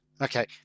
Okay